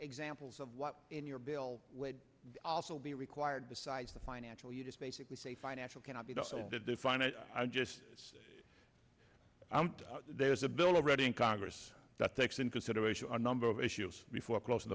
examples of what in your bill would also be required besides the financial you just basically say financial cannot be done so to define it i just say there is a bill already in congress that takes in consideration a number of issues before closing